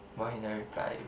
why he never reply you